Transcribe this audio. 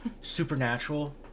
Supernatural